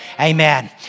Amen